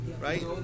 right